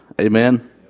Amen